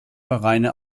vereine